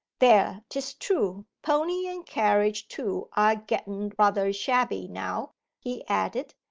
there, tis true, pony and carriage too are getten rather shabby now he added,